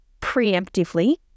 preemptively